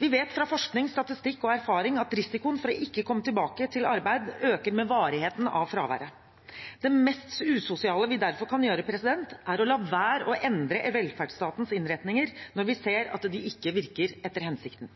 Vi vet fra forskning, statistikk og erfaring at risikoen for ikke å komme tilbake til arbeid øker med varigheten av fraværet. Det mest usosiale vi derfor kan gjøre, er å la være å endre velferdsstatens innretninger når vi ser at de ikke virker etter hensikten.